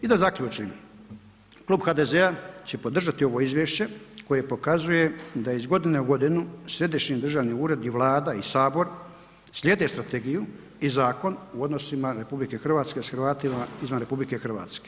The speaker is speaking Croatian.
I da zaključim, klub HDZ-a će podržati ovo izvješće koje pokazuje da iz godine u godinu središnji državni ured i Vlada i Sabor slijede strategiju i zakon u odnosima RH s Hrvatima izvan RH.